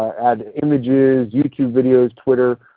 add images, youtube videos, twitter,